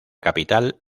capital